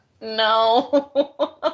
No